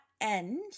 end